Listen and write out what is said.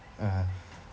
(uh huh)